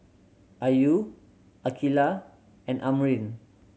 Ayu Aqilah and Amrin